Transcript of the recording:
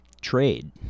trade